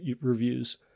reviews